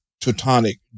Teutonic